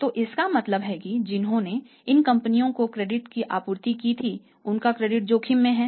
तो इसका मतलब है कि जिन्होंने इन कंपनियों को क्रेडिट की आपूर्ति की थी उनका क्रेडिट जोखिम में है